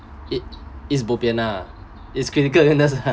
it is both bo pian lah is critical illness